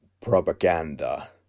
propaganda